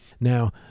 Now